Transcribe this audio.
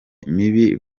mibi